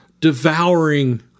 devouring